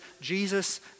Jesus